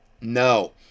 No